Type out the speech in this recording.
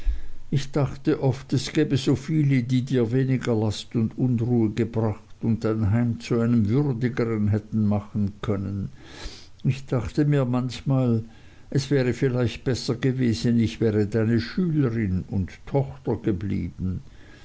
ich dachte oft es gäbe so viele die dir weniger last und unruhe gebracht und dein heim zu einem würdigeren hätten machen können ich dachte mir manchmal es wäre vielleicht besser gewesen ich wäre deine schülerin und tochter geblieben